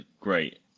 great